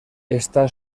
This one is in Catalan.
està